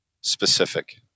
specific